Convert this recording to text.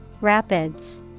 Rapids